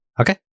okay